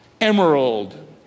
emerald